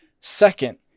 Second